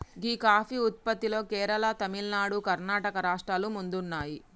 గీ coffee ఉత్పత్తిలో కేరళ, తమిళనాడు, కర్ణాటక రాష్ట్రాలు ముందున్నాయి